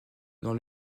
dans